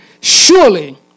surely